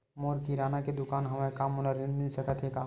मोर किराना के दुकान हवय का मोला ऋण मिल सकथे का?